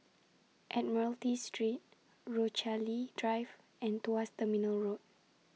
Admiralty Street Rochalie Drive and Tuas Terminal Road